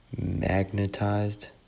magnetized